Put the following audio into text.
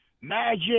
Magic